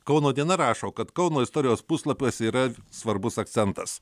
kauno diena rašo kad kauno istorijos puslapiuose yra svarbus akcentas